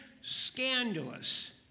scandalous